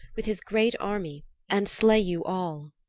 with his great army and slay you all.